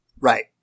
Right